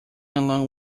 along